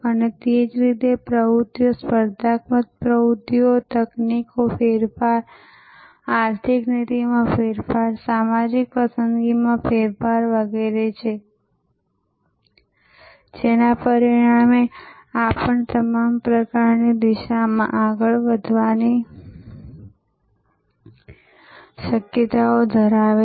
અને તે જ રીતે પ્રવૃત્તિઓ સ્પર્ધાત્મક પ્રવૃત્તિઓ તકનીકી ફેરફારો આર્થિક નીતિમાં ફેરફાર સામાજિક પસંદગીમાં ફેરફાર વગેરે છે જેના પરિણામે આ પણ તમામ પ્રકારની દિશામાં આગળ વધવાની શક્યતાઓ ધરાવે છે